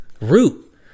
root